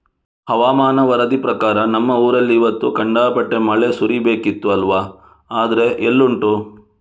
ಹವಾಮಾನ ವರದಿ ಪ್ರಕಾರ ನಮ್ಮ ಊರಲ್ಲಿ ಇವತ್ತು ಖಂಡಾಪಟ್ಟೆ ಮಳೆ ಸುರೀಬೇಕಿತ್ತು ಅಲ್ವಾ ಆದ್ರೆ ಎಲ್ಲುಂಟು